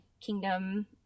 kingdom